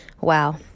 wow